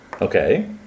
Okay